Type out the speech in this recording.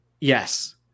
Yes